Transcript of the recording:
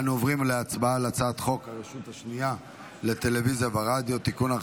אנו עוברים להצבעה על הצעת חוק הרשות השנייה לטלוויזיה ורדיו (תיקון,